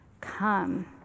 come